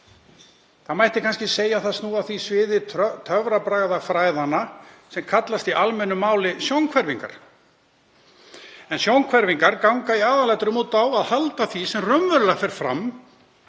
Það mætti kannski segja að það snúi að því sviði töfrabragðafræðanna sem kallast í almennu máli sjónhverfingar, en sjónhverfingar ganga í aðalatriðum út á að halda því sem raunverulega fer fram